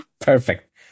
Perfect